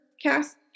cast